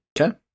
Okay